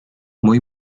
mój